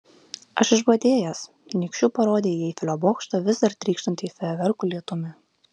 aš išbadėjęs nykščiu parodė į eifelio bokštą vis dar trykštantį fejerverkų lietumi